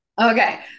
Okay